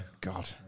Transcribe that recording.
God